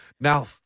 Now